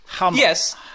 Yes